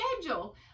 schedule